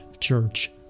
church